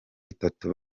itatu